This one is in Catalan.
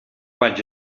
vaig